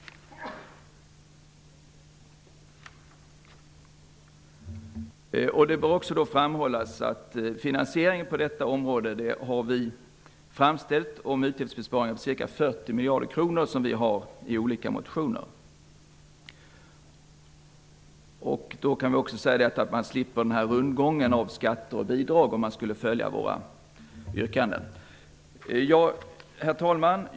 Det bör också framhållas att för finansieringen på detta område har vi i olika motioner framställt förslag om utgiftsbesparingar på ca 40 miljarder kronor. Vi kan också säga att man slipper rundgången av skatter och bidrag, om riksdagen skulle följa våra yrkanden. Herr talman!